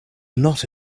not